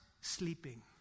sleeping